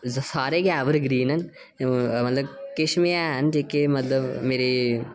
सारे गै ऐवरग्रीन न मतलब किश बी हैन जेहके मतलब मेरे